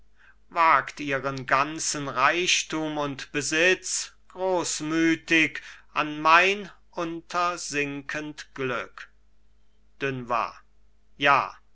wagt ihren ganzen reichtum und besitz großmütig an mein untersinkend glück dunois ja